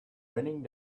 raining